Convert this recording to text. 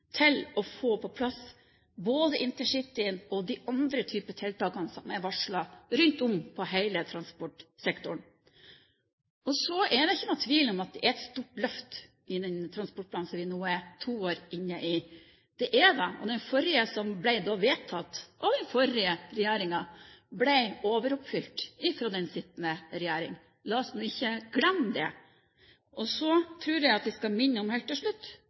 til å få på plass både intercityprosjektet og de andre tiltakene som er varslet rundt om på hele transportsektoren. Så er det ikke noen tvil om at det er et stort løft i den transportplanen som vi nå er to år inne i. Det er det. Og den forrige som da ble vedtatt, av den forrige regjeringen, ble overoppfylt fra den sittende regjering. La oss nå ikke glemme det. Så tror jeg vi helt til slutt skal minne om at når statsråden sier at det er lurt å bruke god tid til